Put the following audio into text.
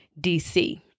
DC